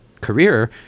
career